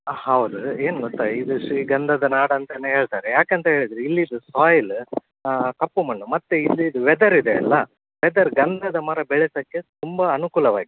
ಆ ಹೌದು ಏನು ಗೊತ್ತಾ ಇದು ಶ್ರೀಗಂಧದ ನಾಡು ಅಂತನೇ ಹೇಳ್ತಾರೆ ಯಾಕಂತ ಹೇಳಿದರೆ ಇಲ್ಲಿದು ಸಾಯ್ಲ್ ಕಪ್ಪು ಮಣ್ಣು ಮತ್ತು ಇಲ್ಲಿದು ವೆದರ್ ಇದೆ ಅಲ್ಲ ವೆದರ್ ಗಂಧದ ಮರ ಬೆಳೆಯಕ್ಕೆ ತುಂಬ ಅನುಕೂಲವಾಗಿದೆ